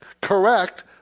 correct